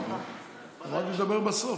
אמרתי שאני אדבר בסוף.